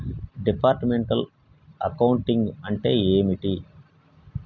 Departmental accounting అంటే ఏమిటి?